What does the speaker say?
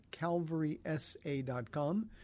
calvarysa.com